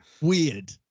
weird